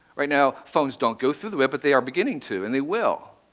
right now, phones don't go through the web, but they are beginning to, and they will.